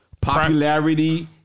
Popularity